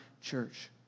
church